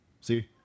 See